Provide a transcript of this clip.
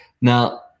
Now